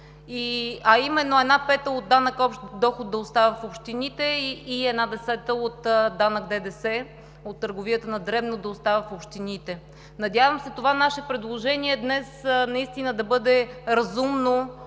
а именно една пета от данъка общ доход да остава в общините и една десета от данък ДДС от търговията на дребно да остава в общините. Надявам се това наше предложение днес наистина да бъде разумно